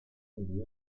und